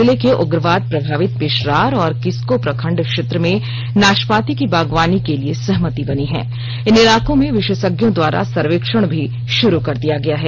जिले के उग्रवाद प्रभावित पेशरार और किस्को प्रखंड क्षेत्र में नाशपाती की बागवानी के लिए सहमति बनी है इन इलाकों में विशेषज्ञों द्वारा सर्वक्षण भी शुरू कर दिया गया है